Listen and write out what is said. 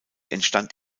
entstand